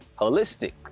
Holistic